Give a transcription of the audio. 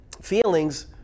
feelings